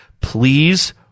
please